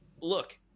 look